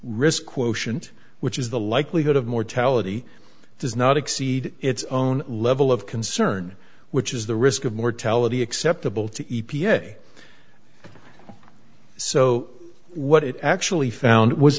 risk quotient which is the likelihood of mortality does not exceed its own level of concern which is the risk of mortality acceptable to e p a so what it actually found was